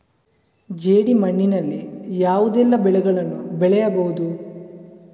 ಜೇಡಿ ಮಣ್ಣಿನಲ್ಲಿ ಯಾವುದೆಲ್ಲ ಬೆಳೆಗಳನ್ನು ಬೆಳೆಯಬಹುದು?